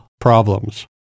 problems